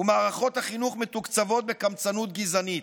ומערכות החינוך מתוקצבות בקמצנות גזענית.